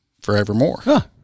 forevermore